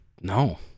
no